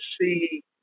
see